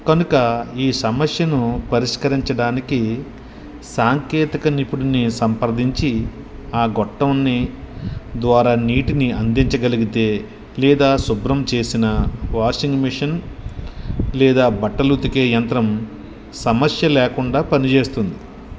కనుక ఈ సమస్యను పరిష్కరించడానికి సాంకేతిక నిపుణుడిని సంప్రదించి ఆ గొట్టం ద్వారా నీటిని అందించగలిగితే లేదా శుభ్రం చేసిన వాషింగ్ మిషన్ లేదా బట్టలు ఉతికే యంత్రం సమస్య లేకుండా పనిచేస్తుంది